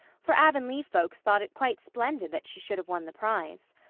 for avonlea folks thought it quite splendid that she should have won the prize.